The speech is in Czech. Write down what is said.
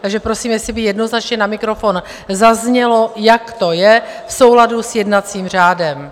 Takže prosím, jestli by jednoznačně na mikrofon zaznělo, jak to je v souladu s jednacím řádem.